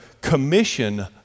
commission